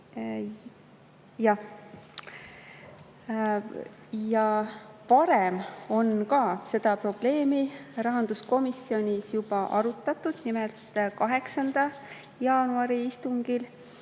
Ka varem on seda probleemi rahanduskomisjonis arutatud, nimelt 8. jaanuari istungil.